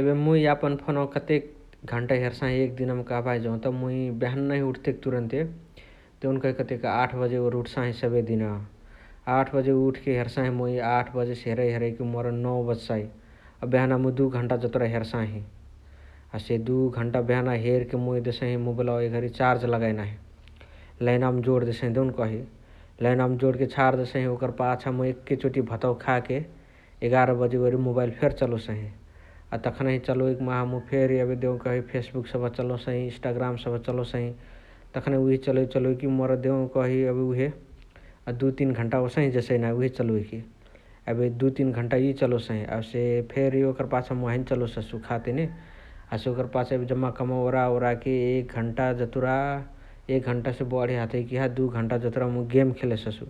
एबे मुइ यापन फोनवा कतेक घण्टा हेरसाही एक दिनमा कहबाही जौत मुइ बेहनही उठतेक तुरन्ते देउनकही कतेक आठ बजे वोरी उठसाही सबे दिन । आठ बजे उठके हेरसाही मुइ आठ बजेसे हेरइ हेरइकी नौ बजसाइ । अ बेहना मुइ दु घण्टा जतुरा हेर्साही । हसे दु घण्टा बेहना हेरके देसही मोबैलवा चार्जे लगाइ नाही लइनावमा जोणा देसही देउनकही । लइनावमा जोणा छाण देसही ओकर पाछा एके चोटी भतवा खाके एगर्ह बजेवोरी मोबाईल फेरी चलोसही । अ तखानही चलोइकी माह मुइ फेरी एबे देउकही फेसबूक सबह चलोसहि, इन्स्टाग्रम सबह चलोसही । तखनही उहे चलोइ चलोइकी मोर देउकही एबे उहे अ दु तीन घण्टा ओसहे जेसइ नाही उहे चलोइकी । एबे दु तीन घण्टा इअ चलोसही हसे फेरी ओकरा पाछा मुइ हैने चलोससु खातेने । हसे ओकरा पाछा एबे जम्मा कमवा ओराके ओराके एक घण्टा जतुरा एक घण्टा बढी हतइ किहा दुइ घण्टा जतुरा मुइ गेम खेलेससु